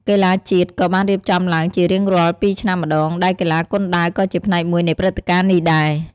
កីឡាជាតិ ក៏បានរៀបចំឡើងជារៀងរាល់ ២ឆ្នាំម្តង ដែលកីឡាគុនដាវក៏ជាផ្នែកមួយនៃព្រឹត្តិការណ៍នេះដែរ។